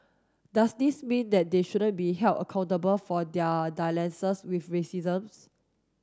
does this mean that they shouldn't be held accountable for their dalliances with racism's